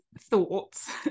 thoughts